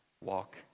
walk